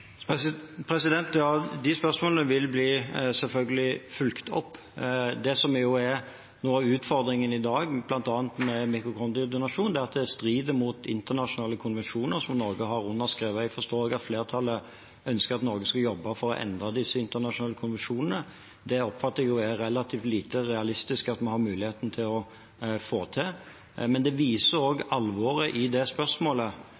De spørsmålene vil selvfølgelig bli fulgt opp. Det som er noe av utfordringen i dag, bl.a. med mitokondriedonasjon, er at det strider mot internasjonale konvensjoner som Norge har underskrevet. Jeg forstår at flertallet ønsker at Norge skal jobbe for å endre disse internasjonale konvensjonene. Jeg oppfatter at det er relativt lite realistisk at vi har mulighet til å få til det. Men det viser også alvoret i det spørsmålet,